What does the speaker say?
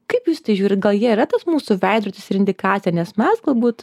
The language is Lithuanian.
kaip jūs į tai žiūrit gal jie yra tas mūsų veidrodis ir indikacija nes mes galbūt